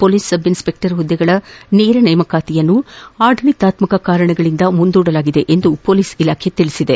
police sub inspector ಹುದ್ದೆಗಳ ನೇರ ನೇಮಕಾತಿಯನ್ನು ಆಡಳಿತಾತ್ತಕ ಕಾರಣಗಳಿಂದ ಮುಂದೂಡಲಾಗಿದೆ ಎಂದು ಪೊಲೀಸ್ ಇಲಾಖೆ ತಿಳಿಸಿದೆ